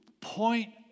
point